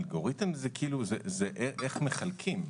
אלגוריתם זה איך מחלקים.